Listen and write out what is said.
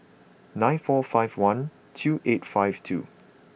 nine four five one two eight five two